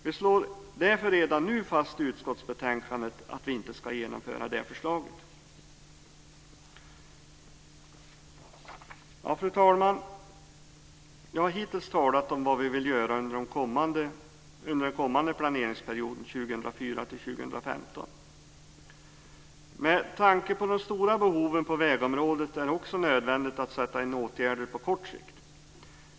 Vi slår därför redan nu fast i utskottsbetänkandet att vi inte ska genomföra detta förslag. Fru talman! Jag har hittills talat om vad vi vill göra under den kommande planeringsperioden, 2004 2015. Med tanke på de stora behoven på vägområdet är det också nödvändigt att sätta in åtgärder på kort sikt.